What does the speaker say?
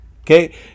okay